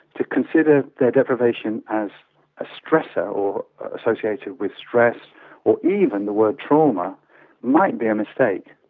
to consider their deprivation as a stressor or associated with stress or even the word trauma might be a mistake,